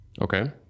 Okay